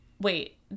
Wait